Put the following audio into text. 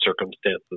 circumstances